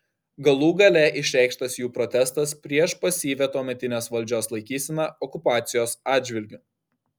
galų gale išreikštas jų protestas prieš pasyvią tuometinės valdžios laikyseną okupacijos atžvilgiu